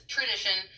Tradition